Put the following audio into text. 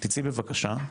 תצאי בבקשה,